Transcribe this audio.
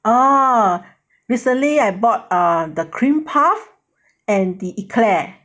oh recently I bought ah the cream puff and the eclair